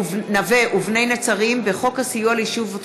הר החובות של משקי הבית תופח וחצה את רף החצי טריליון,